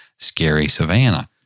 scarysavannah